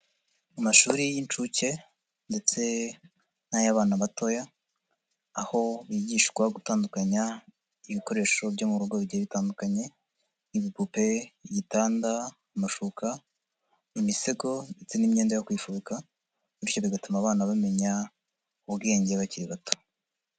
Amashuri y'inshuke ndetse n'ay'abana batoya aho bigishwa gutandukanya ibikoresho byo mu rugo bigiye bitandukanye, ibipupe, igitanda, amashuka, imisego ndetse n'imyenda yo kwifubika bityo bigatuma abana bamenya ubwenge bakiri bato.